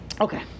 Okay